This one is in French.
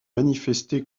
manifester